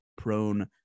prone